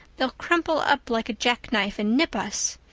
they'll crumple up like a jack-knife and nip us.